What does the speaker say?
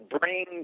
bring